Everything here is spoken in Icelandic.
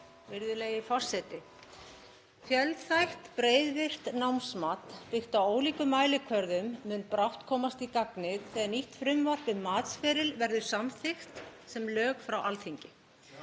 Virðulegi forseti. Fjölþætt, breiðvirkt námsmat byggt á ólíkum mælikvörðum mun brátt komast í gagnið þegar nýtt frumvarp um matsferil verður samþykkt sem lög frá Alþingi.